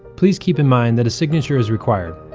please keep in mind that a signature is required.